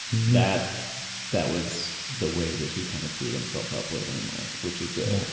that that was the way that he kind of freed himself up later in life, which was good.